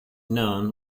known